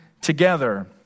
together